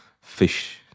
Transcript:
fish